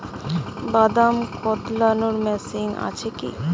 বাদাম কদলানো মেশিন আছেকি?